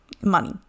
money